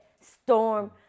Storm